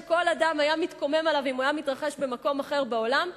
שכל אדם היה מתקומם עליו אם הוא היה מתרחש במקום אחר בעולם,